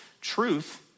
truth